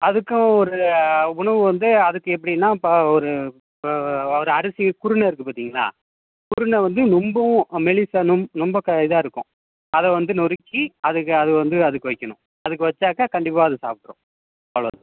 அதுக்கும் ஒரு உணவு வந்து அதுக்கு எப்படின்னா இப்போ ஒரு ஒரு அரிசிக் குருணை இருக்குது பார்த்தீங்களா குருணை வந்து ரொம்பவும் மெலிஸாக ரொம் ரொம்ப க இதாக இருக்கும் அதை வந்து நொறுக்கி அதுக்கு அது வந்து அதுக்கு வைக்கணும் அதுக்கு வச்சாக்கா கண்டிப்பாக அது சாப்பிட்ரும் அவ்வளோ தான்